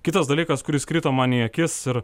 kitas dalykas kuris krito man į akis ir